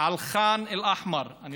על ח'אן אל-אחמר, אתה לא חייב.